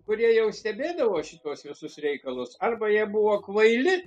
kurie jau stebėdavo šituos visus reikalus arba jie buvo kvaili